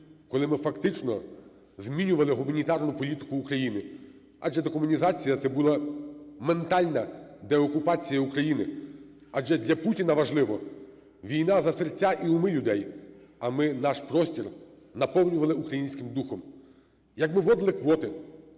коли ми фактично змінювали гуманітарну політику України. Адже декомунізація – це була ментальна деокупація України, адже для Путіна важлива війна за серця і уми людей, а ми наш простір наповнювали українським духом. Як ми вводили квоти